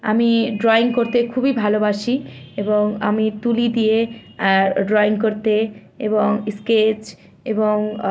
আমি ড্রয়িং করতে খুবই ভালোবাসি এবং আমি তুলি দিয়ে ড্রয়িং করতে এবং স্কেচ এবং